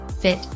fit